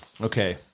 Okay